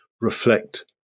reflect